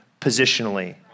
positionally